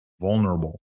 vulnerable